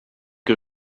que